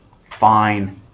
fine